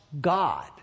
God